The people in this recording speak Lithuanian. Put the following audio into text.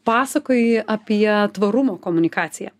pasakoji apie tvarumo komunikaciją